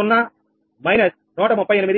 0 −138